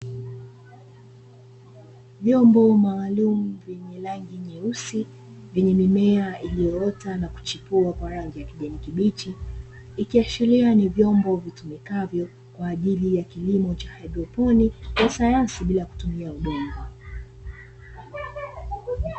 Vyombo maalumu vyenye rangi nyeusi vyenye mimea iliyoota na kuchipua kwa rangi ya kijani kibichi, ikiashiria ni vyombo vitumikavyo kwa ajili ya kilimo cha haidroponi ya sayansi bila kutumia udongo.